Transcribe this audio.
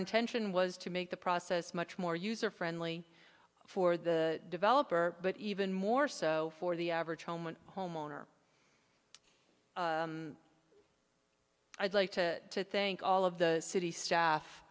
intention was to make the process much more user friendly for the developer but even more so for the average home and home owner i'd like to thank all of the city staff